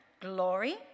glory